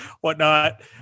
whatnot